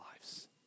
lives